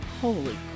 Holy